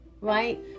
right